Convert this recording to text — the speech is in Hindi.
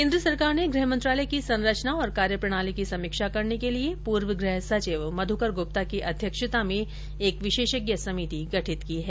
केन्द्र सरकार ने गृह मंत्रालय की सरंचना और कार्यप्रणाली की समीक्षा करने के लिए पूर्व गृह सचिव मध्यकर गप्ता की अध्यक्षता में एक विशेषज्ञ समिति गठित की है